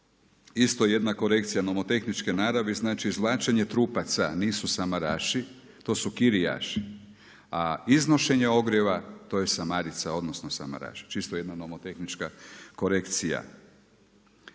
isto jedna korekcija nomotehničke naravi. Znači, izvlačenje trupaca nisu samaraši, to su kirijaši. A iznošenje ogrijeva to je samarica, odnosno samaraši. Čisto jedna nomotehnička korekcija.